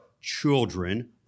children